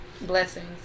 blessings